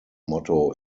motto